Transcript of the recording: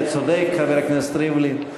צודק חבר הכנסת ריבלין,